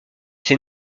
ces